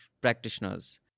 practitioners